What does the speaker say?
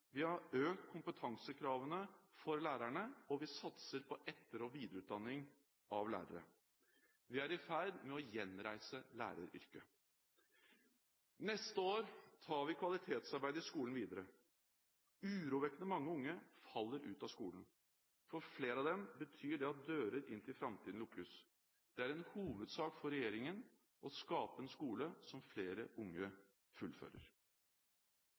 Vi har økt kompetansekravene for lærerne, og vi satser på etter- og videreutdanning av lærere. Vi er i ferd med å gjenreise læreryrket. Neste år tar vi kvalitetsarbeidet i skolen videre. Urovekkende mange unge faller ut av skolen. For flere av dem betyr det at dører inn til framtiden lukkes. Det er en hovedsak for regjeringen å skape en skole som flere unge fullfører.